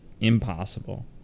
impossible